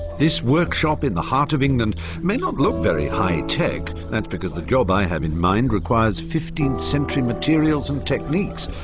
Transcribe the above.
this workshop in the heart of england may not look very hi-tech that's because the job i have in mind requires fifteenth century materials and techniques,